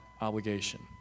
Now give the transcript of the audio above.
obligation